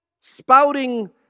spouting